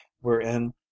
wherein